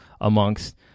amongst